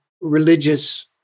religious